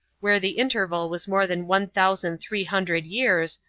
where the interval was more than one thousand three hundred years,